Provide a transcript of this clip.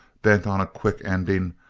bent on a quick ending,